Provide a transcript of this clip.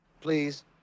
Please